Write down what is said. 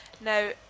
Now